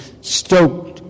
stoked